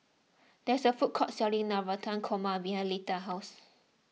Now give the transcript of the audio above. there is a food court selling Navratan Korma behind Leta's house